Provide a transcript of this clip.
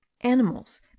animals